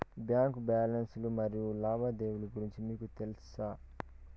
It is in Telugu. బ్యాంకు బ్యాలెన్స్ లు మరియు లావాదేవీలు గురించి మీకు తెల్సా?